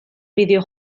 bideo